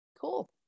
Cool